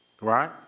Right